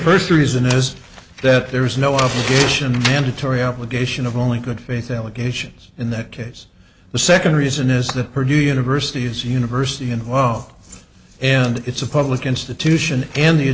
first reason is that there is no opposition and dettori obligation of only good faith allegations in that case the second reason is that purdue university is university and well and it's a public institution and the